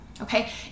okay